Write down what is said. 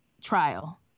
trial